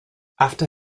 after